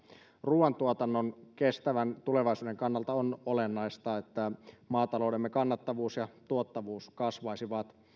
ruuantuotannon kestävän tulevaisuuden kannalta on olennaista että maataloutemme kannattavuus ja tuottavuus kasvaisivat